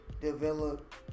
develop